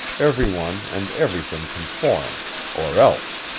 everyone and everything conformed or else.